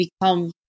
become